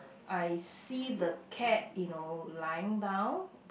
I see the cat you know lying down